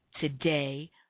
today